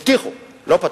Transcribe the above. הבטיחו, לא פתחו,